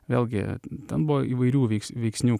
vėlgi ten buvo įvairių veiks veiksnių